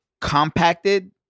compacted